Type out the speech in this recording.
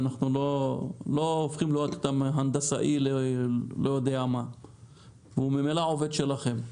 מה גם שהעובד הוא עובד שלכם.